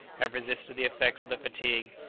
had resisted the effects of the fatigue,